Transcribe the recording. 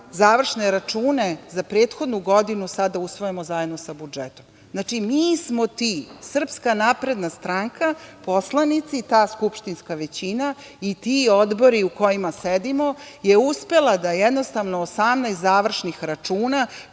završne račune za prethodnu godinu sada usvajamo zajedno sa budžetom. Znači, mi smo ti, Srpska napredna stranka, poslanici i ta skupštinska većina i ti odbori u kojima sedimo je uspela da, jednostavno, 18 završnih računa